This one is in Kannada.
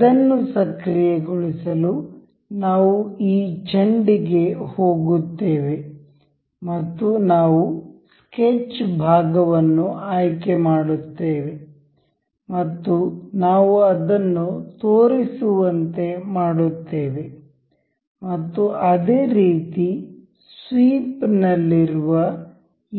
ಅದನ್ನು ಸಕ್ರಿಯಗೊಳಿಸಲು ನಾವು ಈ ಚೆಂಡಿಗೆ ಹೋಗುತ್ತೇವೆ ಮತ್ತು ನಾವು ಸ್ಕೆಚ್ ಭಾಗವನ್ನು ಆಯ್ಕೆ ಮಾಡುತ್ತೇವೆ ಮತ್ತು ನಾವು ಅದನ್ನು ತೋರಿಸುವಂತೆ ಮಾಡುತ್ತೇವೆ ಮತ್ತು ಅದೇ ರೀತಿ ಸ್ವೀಪ್ ನಲ್ಲಿರುವ